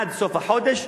עד סוף החודש,